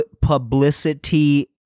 publicity